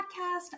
Podcast